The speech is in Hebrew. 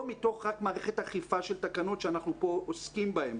רק מתוך מערכת אכיפה של תקנות שאנחנו פה עוסקים בהם.